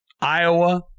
Iowa